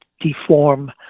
deform